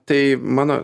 tai mano